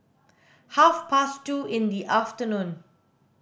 half past two in the afternoon